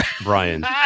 Brian